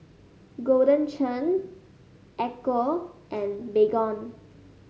Golden Churn Ecco and Baygon